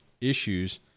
issues